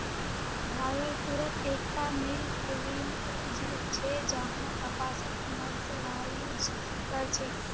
भागलपुरत एकता मिल खुलील छ जहां कपासक मर्सराइज कर छेक